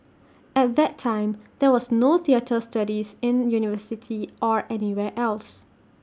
at that time there was no theatre studies in university or anywhere else